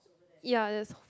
ya there's